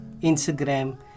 Instagram